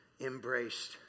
embraced